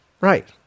Right